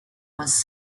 was